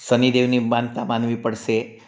સાનિદેવની માનતા માનવી પડશે